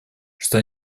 что